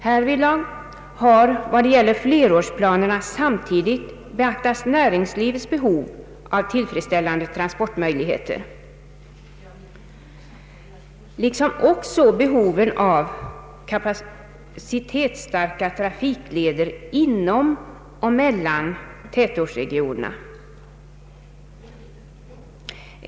När det gäller flerårsplanerna har härvidlag samtidigt beaktats näringslivets behov av tillfredsställande transportmöjligheter liksom också behoven av kapacitetsstarka trafikleder inom och mellan tätortsregionerna.